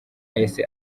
yahise